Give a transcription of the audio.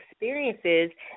experiences